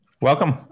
Welcome